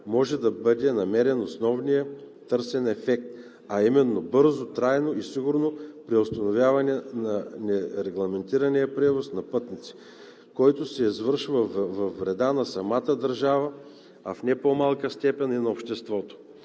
може да бъде намерен основният търсен ефект, а именно бързо, трайно и сигурно преустановяване на нерегламентирания превоз на пътници, който се извършва във вреда и на самата държава, а в не по-малка степен и на обществото“.